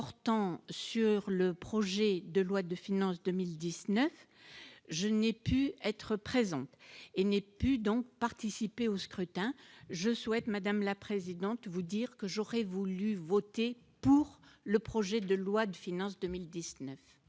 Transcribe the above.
portant sur le projet de loi de finances 2019 je n'ai pu être présente et n'ai pu donc participer au scrutin, je souhaite, madame la présidente, vous dire que j'aurais voulu voter pour le projet de loi de finances 2019